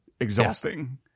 exhausting